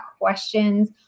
questions